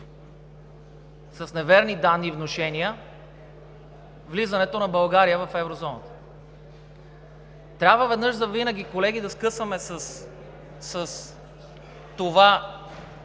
с неверни данни и внушения влизането на България в Еврозоната. Трябва веднъж завинаги, колеги, да скъсаме с това